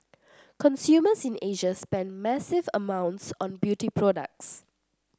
consumers in Asia spend massive amounts on beauty products